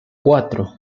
cuatro